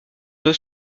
deux